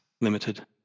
limited